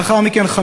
לאחר מכן,